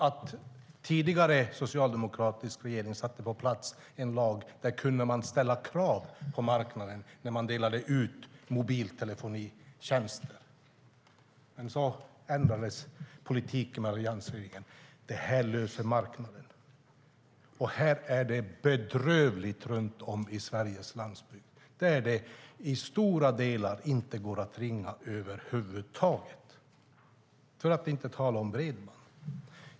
En tidigare, socialdemokratisk regering satte en lag på plats som gjorde att man kunde ställa krav på marknaden när man delade ut mobiltelefonitjänster. Men så ändrades politiken av alliansregeringen: Det här löser marknaden. Det är bedrövligt runt om på Sveriges landsbygd, där det i stora delar inte går att ringa över huvud taget - för att inte tala om bredbandet.